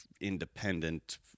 independent